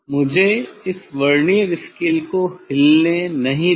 मुझे इस vernier scale को हिलने नहीं देना